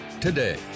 today